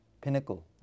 pinnacle